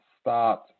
start